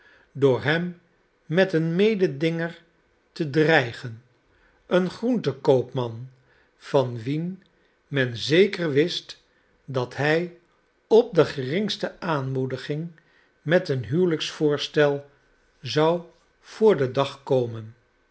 door hem met een mededinger te dreigen een groentenkoopman van wien men zeker wist dat hij op de geringste aanmoediging met een huwelijksvoorstel zou voor den dag komen